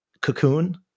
Cocoon